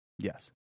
Yes